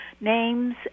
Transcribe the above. names